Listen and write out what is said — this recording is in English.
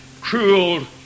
cruel